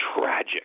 tragic